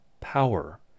Power